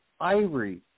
Ivory